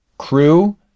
crew